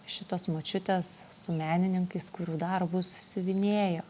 šitos močiutės su menininkais kurių darbus siuvinėjo